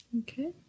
Okay